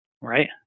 right